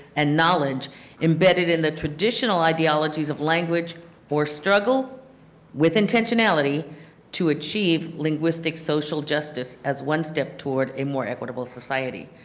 and knowledge embedded in the traditional ideologies of language or struggle with intentionality to achieve linguistic social justice as one strap toward a more equitable society.